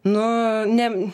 nu ne